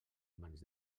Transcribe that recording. mans